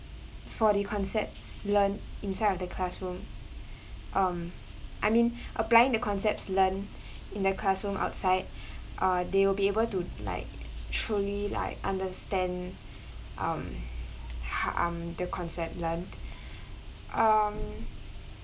for the concepts learnt inside of the classroom um I mean applying the concepts learnt in the classroom outside uh they will be able to like truly like understand um um the concept learnt um